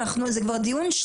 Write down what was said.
חייב להיות פה נוהל סדור,